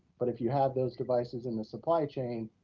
but if you have those devices in the supply chain,